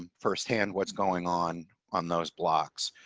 um firsthand what's going on on those blocks.